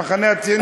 המחנה הציוני,